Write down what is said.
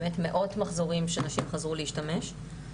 לגבי מאות מחזורים שנשים חזרו להשתמש.